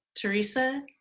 Teresa